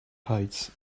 heights